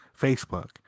facebook